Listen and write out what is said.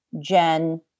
Jen